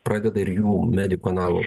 pradeda ir jų medijų kanalo